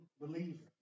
believer